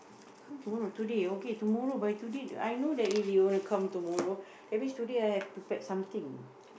come tomorrow today okay tomorrow by today the I know that if they want to come tomorrow that means today I have to pack something